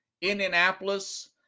Indianapolis